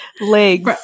legs